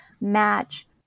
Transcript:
match